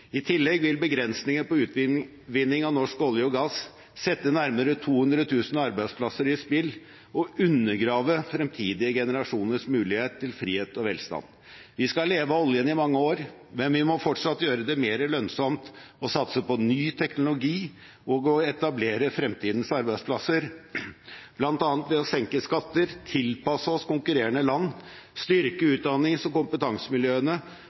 I tillegg vil begrensninger på utvinning av norsk olje og gass sette nærmere 200 000 arbeidsplasser i spill og undergrave fremtidige generasjoners mulighet til frihet og velstand. Vi skal leve av oljen i mange år, men vi må fortsatt gjøre det mer lønnsomt å satse på ny teknologi og å etablere fremtidens arbeidsplasser, bl.a. ved å senke skatter, tilpasse oss konkurrerende land, styrke utdannings- og kompetansemiljøene